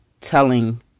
telling